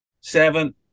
seven